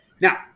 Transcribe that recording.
Now